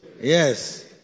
Yes